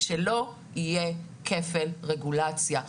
שלא יהיה כפל רגולציה.